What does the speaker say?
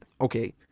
okay